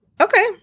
Okay